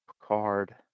Picard